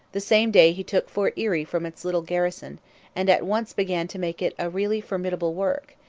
the same day he took fort erie from its little garrison and at once began to make it a really formidable work,